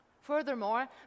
Furthermore